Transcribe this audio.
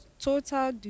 total